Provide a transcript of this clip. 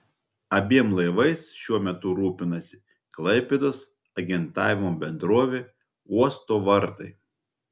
abiem laivais šiuo metu rūpinasi klaipėdos agentavimo bendrovė uosto vartai